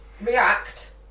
react